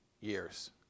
years